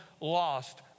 lost